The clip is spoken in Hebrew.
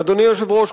אדוני היושב-ראש,